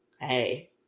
hey